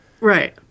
Right